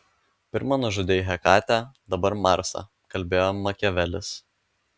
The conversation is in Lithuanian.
pirma nužudei hekatę dabar marsą kalbėjo makiavelis